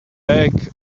bag